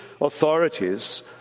authorities